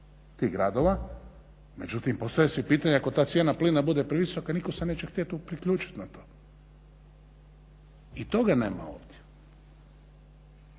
tih gradova, međutim postavlja se pitanje ako ta cijena plina bude previsoka nitko se neće htjet priključit na to. I toga nema ovdje,